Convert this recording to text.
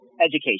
education